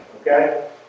okay